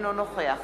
אינו נוכח